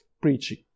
preaching